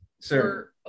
Sir